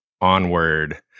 Onward